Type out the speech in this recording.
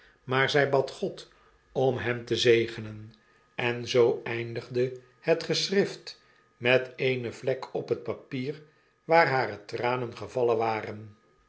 maar zjj bad god om hem te zegenen en zoo eindigde het geschrift met eene vlek op het papier waar hare tranen gevallen waren